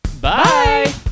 Bye